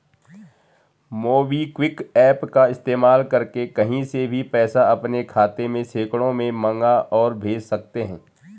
MobiKwik app का इस्तेमाल करके कहीं से भी पैसा अपने खाते में सेकंडों में मंगा और भेज सकते हैं